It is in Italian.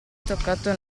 toccato